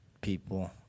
people